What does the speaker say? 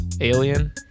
Alien